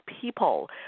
people